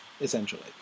essentially